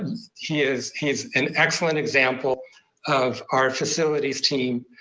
he is, he's an excellent example of our facilities team,